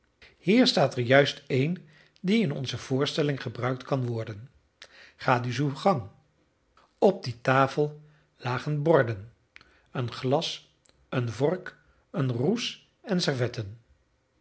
hier staat er juist een die in onze voorstelling gebruikt kan worden ga dus uw gang op die tafel lagen borden een glas een vork een roes en servetten